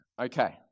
Okay